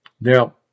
Now